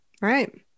Right